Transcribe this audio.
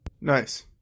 Nice